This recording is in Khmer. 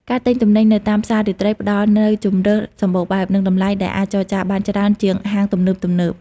ការទិញទំនិញនៅតាមផ្សាររាត្រី ផ្តល់នូវជម្រើសសំបូរបែប និងតម្លៃដែលអាចចរចាបានច្រើនជាងហាងទំនើបៗ។